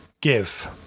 give